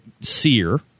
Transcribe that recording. sear